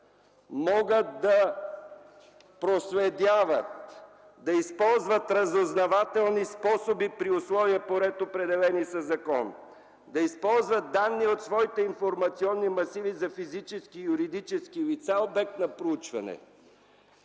могат да проследяват, да използват разузнавателни способи при условия и по ред, определени със закон, да използват данни от своите информационни масиви за физически и юридически лица - обект на проучване,